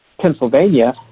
pennsylvania